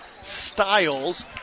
Styles